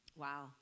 wow